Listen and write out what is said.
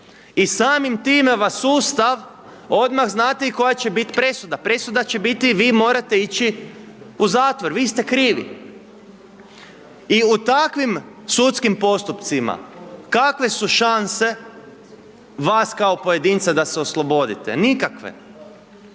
I samim time vas sustav odmah znate i koja će biti presuda, presuda će biti vi morate ići u zatvor, vi ste krivi. I u takvim sudskim postupcima kakve su šanse vas kao pojedinca da se oslobodite, nikakve.